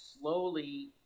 slowly